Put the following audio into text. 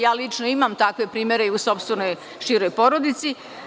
Ja lično imam takve primere i u sopstvenoj široj porodici.